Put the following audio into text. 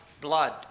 blood